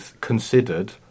considered